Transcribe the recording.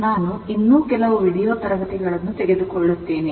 ನಾನು ಇನ್ನೂ ಕೆಲವು ವೀಡಿಯೊ ತರಗತಿಗಳನ್ನು ತೆಗೆದುಕೊಳ್ಳುತ್ತೇನೆ